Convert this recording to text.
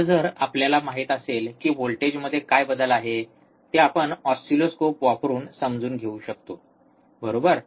आता जर आपल्याला माहित असेल की व्होल्टेजमध्ये काय बदल आहे ते आपण ऑसिलोस्कोप वापरून समजून घेऊ शकतो बरोबर